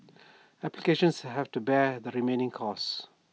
applicants have to bear the remaining costs